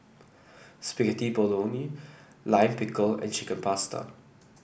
Spaghetti Bolognese Lime Pickle and Chicken Pasta